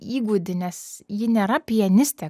įgūdį nes ji nėra pianistė